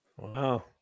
Wow